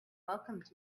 welcomed